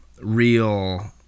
real